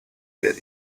were